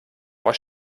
aber